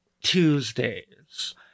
Tuesdays